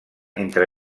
entre